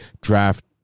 draft